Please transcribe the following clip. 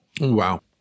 Wow